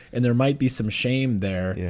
and there might be some shame there. yeah